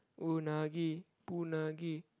unagi unagi